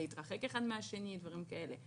להתרחק אחד מהשני ודברים כאלה.